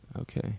okay